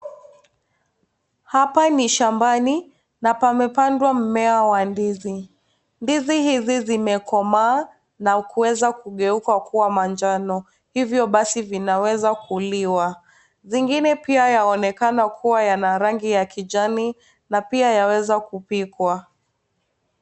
Hapa ni shambani na pamepandwa mmea wa ndizi. Ndizi hizi zimekomaa na kuweza kugeuka kuwa manjano, hivyo basi vinaweza kuliwa. Zingine pia yanaonekana kuwa yana rangi ya kijani na pia yaweza kupikwa.